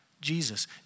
Jesus